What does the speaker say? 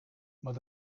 maar